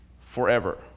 forever